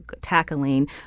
tackling